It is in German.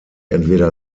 entweder